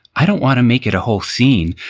i don't want to make it a whole scene,